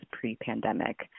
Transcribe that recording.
pre-pandemic